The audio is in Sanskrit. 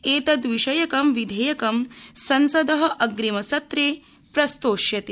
एतद्विषयकं विधेयकं संसद अग्रिमसत्रे प्रस्तोष्यते